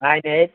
nine eight